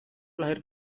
lahir